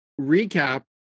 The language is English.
recap